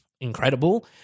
incredible